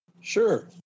Sure